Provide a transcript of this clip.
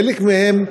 חלק מהן,